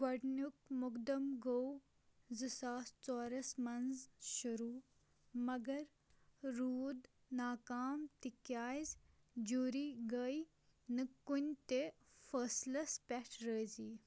گۄڈٕنیُک مُقدم گوٚو زٕ ساس ژورس منٛز شروٗع مگر روٗد ناکام تِکیٛازِ جیوری گٔے نہٕ کُنہِ تہِ فٲصلَس پٮ۪ٹھ رٲضی